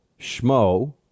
schmo